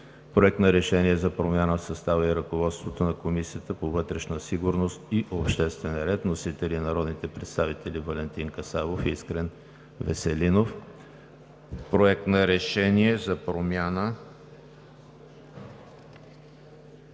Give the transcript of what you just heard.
Проект на решение за промяна в състава и ръководството на Комисията по вътрешна сигурност и обществен ред. Вносители са народните представители Валентин Касабов и Искрен Веселинов. Проект на решение за промяна